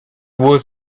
was